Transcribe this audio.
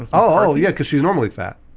um oh yeah, cuz she's normally fat.